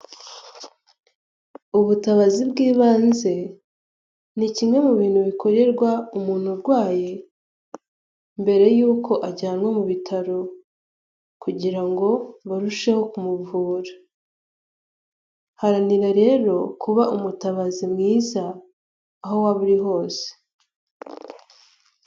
Ubutabazi bw'ibanze, ni kimwe mu bintu bikorerwa umuntu urwaye mbere yuko ajyanwa mu bitaro kugirango barusheho kumuvura, ranira rero kuba umutabazi mwiza aho waba uri hose.